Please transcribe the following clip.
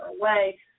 away